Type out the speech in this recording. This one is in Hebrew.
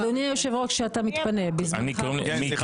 אדוני היושב ראש, כשאתה מתפנה, בזמנך החופשי.